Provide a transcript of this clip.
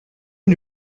des